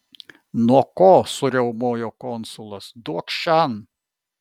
nuo ko suriaumojo konsulas duokš šen